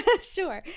sure